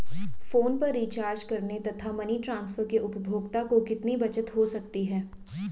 Phone पर recharge करने तथा मनी ट्रांसफर में उपभोक्ता को कितनी बचत हो सकती है?